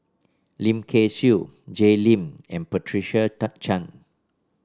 Lim Kay Siu Jay Lim and Patricia Chan